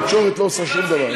התקשורת לא עושה שום דבר.